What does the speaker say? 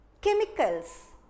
chemicals